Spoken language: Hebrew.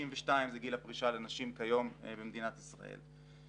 ו-62 זה גיל הפרישה לנשים כיום במדינת ישראל.